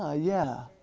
ah yeah,